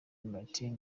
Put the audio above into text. martin